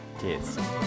cheers